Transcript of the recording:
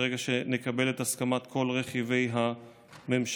ברגע שנקבל את הסכמת כל רכיבי הממשלה.